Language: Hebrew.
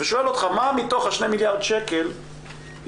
ושואל אותך מה מתוך ה-2 מיליארד שקל יילך